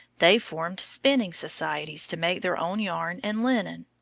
they formed spinning societies to make their own yarn and linen,